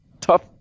tough